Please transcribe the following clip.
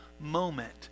moment